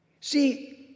See